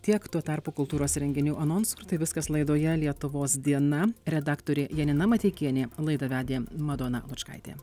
tiek tuo tarpu kultūros renginių anonsų ir tai viskas laidoje lietuvos diena redaktorė janina mateikienė laidą vedė madona lučkaitė